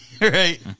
right